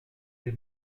des